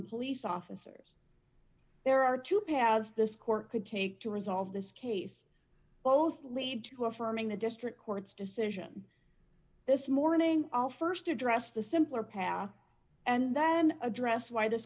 police officers there are two paths this court could take to resolve this case both lead to affirming the district court's decision this morning i'll st address the simpler path and then address why this